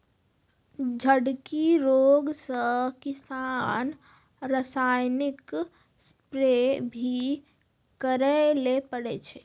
झड़की रोग से किसान रासायनिक स्प्रेय भी करै ले पड़ै छै